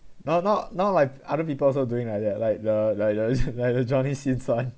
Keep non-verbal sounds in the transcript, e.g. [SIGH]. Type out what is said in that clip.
now now now like other people also doing like that like the [LAUGHS] like the like the johnny sins [one]